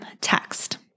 text